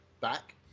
back